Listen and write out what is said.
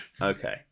Okay